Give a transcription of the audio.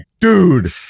dude